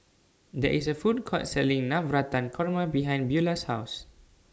There IS A Food Court Selling Navratan Korma behind Beula's House